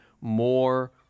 more